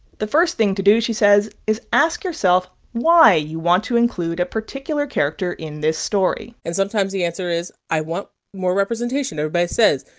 the first thing to do, she says, is ask yourself why you want to include a particular character in this story and, sometimes, the answer is i want more representation. everybody says,